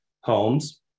homes